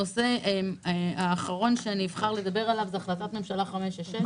הנושא האחרון הוא החלטת ממשלה 566,